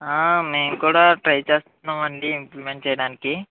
మేము కూడా ట్రై చేస్తున్నామండి ఇంప్లిమెంట్ చేయడానికి